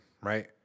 right